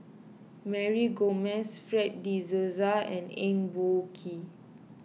Mary Gomes Fred De Souza and Eng Boh Kee